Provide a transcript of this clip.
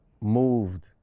moved